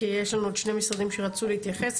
כי יש לנו שני משרדים שרצו להתייחס,